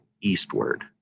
eastward